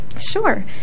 Sure